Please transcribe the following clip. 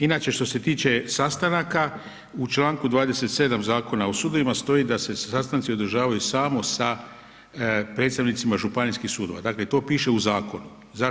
Inače što se tiče sastanaka, u čl. 27 Zakona o sudovima stoji da se sastanci održavaju samo sa predstavnicima županijskih sudova, dakle to piše u zakonu.